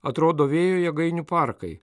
atrodo vėjo jėgainių parkai